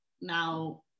now